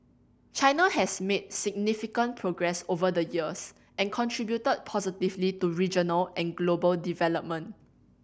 China has made significant progress over the years and contributed positively to regional and global development